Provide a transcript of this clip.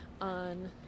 on